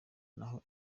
naho